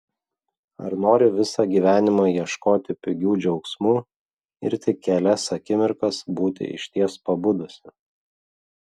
ar nori visą gyvenimą ieškoti pigių džiaugsmų ir tik kelias akimirkas būti išties pabudusi